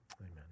Amen